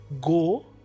Go